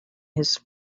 his